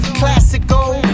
classical